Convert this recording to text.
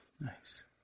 Nice